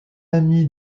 ami